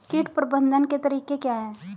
कीट प्रबंधन के तरीके क्या हैं?